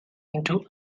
into